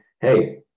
hey